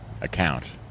account